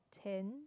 ten